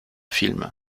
film